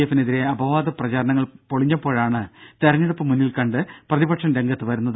എഫിന് എതിരെ അപവാദ പ്രചാരണങ്ങൾ പൊളിഞ്ഞപ്പോഴാണ് തിരഞ്ഞെടുപ്പ് മുന്നിൽ കണ്ട് പ്രതിപക്ഷം രംഗത്ത് വരുന്നത്